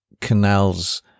canals